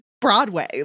Broadway